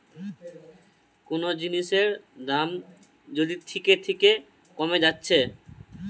কুনো জিনিসের দাম যদি থিকে থিকে কোমে যাচ্ছে